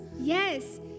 Yes